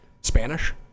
Spanish